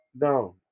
No